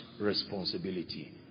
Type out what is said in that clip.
responsibility